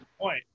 point